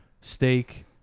Steak